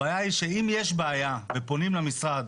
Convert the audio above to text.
הבעיה היא שאם יש בעיה ופונים למשרד,